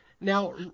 now